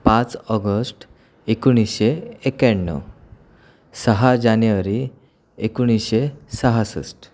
पाच ऑगष्ट एकोणीसशे एक्याण्णव सहा जानेवारी एकोणीसशे सहासष्ट